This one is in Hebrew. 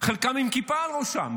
חלקם עם כיפה על ראשם.